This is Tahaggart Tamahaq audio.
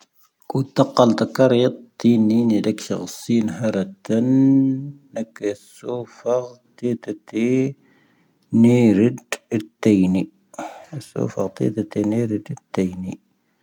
ʻⵇⵓⵜⵜⴰ ⵇⴰⵍⵜⴰⴽⴰⵔⵢⴰⵜ ⵜīⵏ ⵏīⵏⵉ ⵍⴻⴽⵙⵀⴰⵇⵙīⵏ ⵀⴰⵔⴰⵜⵉⵏ ⵏⴰⴽⴰ ʻⴰⵙoⴼⴰⵇⵜⵉⴷⴰⵜⴻ ⵏⴻⵔⴻ ⴷⵜⴻⵉⵏī.